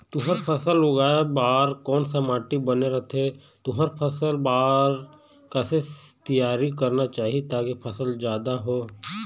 तुंहर फसल उगाए बार कोन सा माटी बने रथे तुंहर फसल बार कैसे तियारी करना चाही ताकि फसल जादा हो?